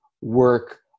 work